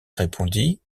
répondit